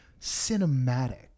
cinematic